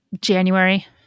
January